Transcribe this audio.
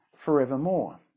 forevermore